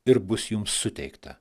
ir bus jums suteikta